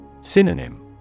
Synonym